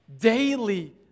daily